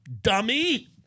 dummy